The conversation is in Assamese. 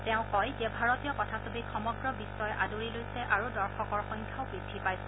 তেওঁ কয় যে ভাৰতীয় কথাছবিক সমগ্ৰ বিশ্বই আদৰি লৈছে আৰু দৰ্শকৰ সংখ্যাও বৃদ্ধি পাইছে